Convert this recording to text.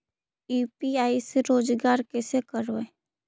UPI से रोजगार कैसे करबय?